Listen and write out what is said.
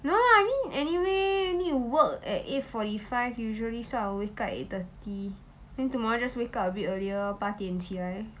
no lah I mean anyway need work at eight forty five usually so I will wake up at eight thirty then tomorrow just wake up a bit earlier lor 八点起来